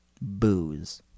booze